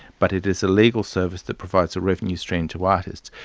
but it is a legal service that provides a revenue stream to artists.